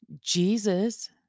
Jesus